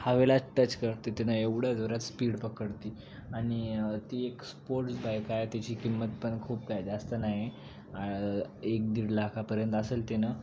हवेला टच करते तिनं एवढं जोरात स्पीड पकडते आणि ती एक स्पोर्ट्स बाईक आहे तिची किंमतपण खूप काय जास्त नाही आहे एक दीड लाखापर्यंत असेल तिनं